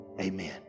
Amen